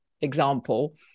example